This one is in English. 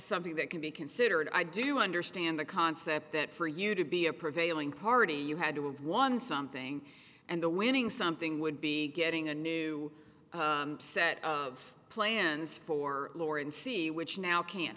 something that can be considered i do understand the concept that for you to be a prevailing party you had to of won something and the winning something would be getting a new set of plans for lauren c which now can't